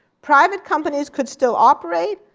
private companies could still operate,